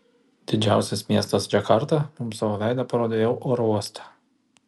didžiausias miestas džakarta mums savo veidą parodė jau oro uoste